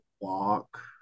walk